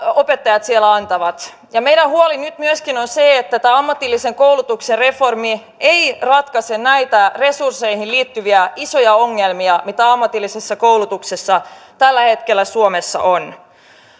opettajat siellä antavat meidän huolemme on nyt myöskin se että tämä ammatillisen koulutuksen reformi ei ratkaise näitä resursseihin liittyviä isoja ongelmia mitä ammatillisessa koulutuksessa tällä hetkellä suomessa on